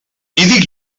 dic